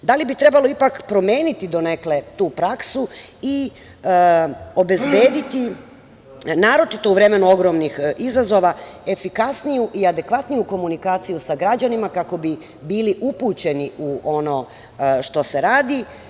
Da li bi trebalo ipak promeniti donekle tu praksu i obezbediti naročito u vreme ogromnih izazova efikasniju i adekvatniju komunikaciju sa građanima kako bi bili upućeni u ono što se radi.